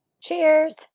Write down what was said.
Cheers